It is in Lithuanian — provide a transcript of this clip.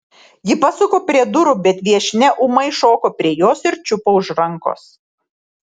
ji pasuko prie durų bet viešnia ūmai šoko prie jos ir čiupo už rankos